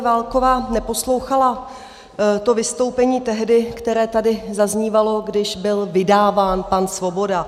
Válková neposlouchala to vystoupení tehdy, které tady zaznívalo, když by vydáván pan Svoboda.